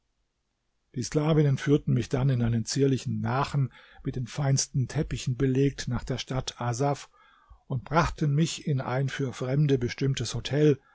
die sklavinnen führten mich dann in einem zierlichen nachen mit den feinsten teppichen belegt nach der stadt asaf und brachten mich in ein für fremde bestimmtes hotel